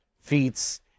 feats